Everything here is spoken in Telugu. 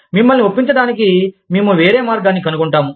మిమ్మల్ని ఒప్పించడానికి మేము వేరే మార్గాన్ని కనుగొంటాము